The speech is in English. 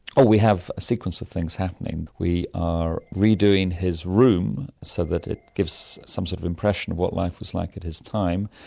we have a sequence of things happening. we are redoing his room so that it gives some sort of impression of what life was like at his time.